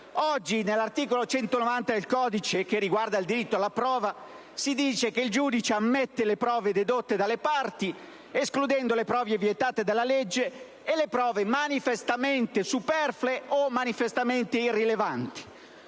Oggi nell'articolo 190 del codice, che riguarda il diritto alla prova, si dice che il giudice ammette le prove dedotte dalle parti escludendo le prove vietate dalla legge e le prove manifestamente superflue o manifestamente irrilevanti: